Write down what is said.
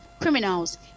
criminals